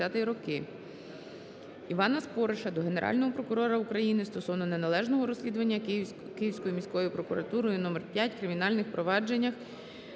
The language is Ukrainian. Івана Спориша до Генерального прокурора України стосовно неналежного розслідування Київською місцевою прокуратурою № 5 кримінальних провадженнях